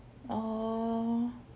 oh